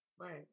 Right